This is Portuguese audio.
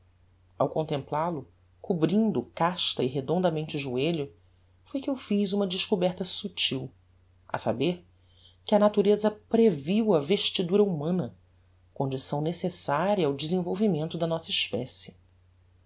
ao contemplal-o cobrindo casta e redondamente o joelho foi que eu fiz uma descoberta subtil a saber que a natureza previu a vestidura humana condição necessaria ao desenvolvimento da nossa especie